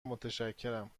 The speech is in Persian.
متشکرم